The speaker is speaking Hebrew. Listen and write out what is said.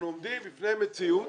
אנחנו עומדים בפני מציאות